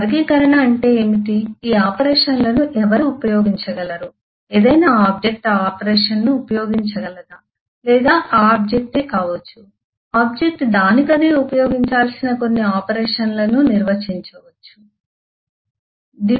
వర్గీకరణ అంటే ఏమిటి ఈ ఆపరేషన్లను ఎవరు ఉపయోగించగలరు ఏదైనా ఆబ్జెక్ట్ ఆ ఆపరేషన్ను ఉపయోగించగలదా లేదా ఆ ఆబ్జెక్ట్ కావచ్చు ఆబ్జెక్ట్ దానికదే ఉపయోగించాల్సిన కొన్ని ఆపరేషన్లను నిర్వచించవచ్చు మరియు మొదలైనవి